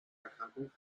erkrankung